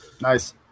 nice